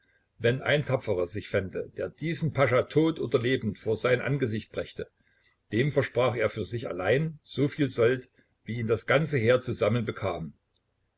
wenn ein tapferer sich fände der diesen pascha tot oder lebend vor sein angesicht brächte dem versprach er für sich allein so viel sold wie ihn das ganze heer zusammen bekam